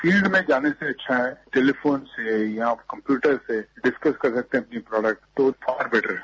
field में जाने से अच्छा है टेलिफोन से या कम्प्यूटर से डिस्कस कर सकते हैं अपनी प्रोडक्ट तो फार बेटर है